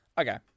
Okay